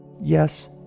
Yes